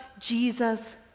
Jesus